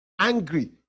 angry